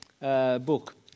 book